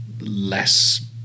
less